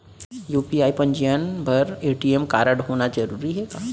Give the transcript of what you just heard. UPI पंजीयन बर ATM कारडहोना जरूरी हे का?